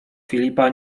filipa